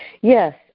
Yes